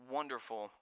wonderful